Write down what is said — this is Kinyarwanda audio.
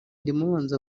ndimubanzi